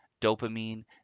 dopamine